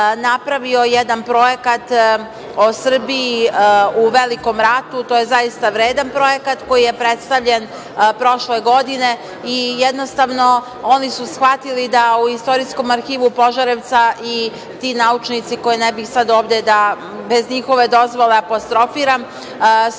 napravio jedna projekat o Srbiji o Velikom ratu. To je zaista vredan projekat koji je predstavljen prošle godine. Jednostavno oni su shvatili da u Istorijskom arhivu Požarevca i ti naučnici koje ne bih sada ovde da, bez njihove dozvole apostrofiram,